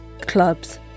Clubs